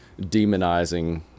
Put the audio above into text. demonizing